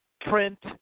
print